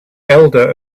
elder